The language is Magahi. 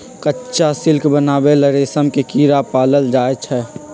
कच्चा सिल्क बनावे ला रेशम के कीड़ा पालल जाई छई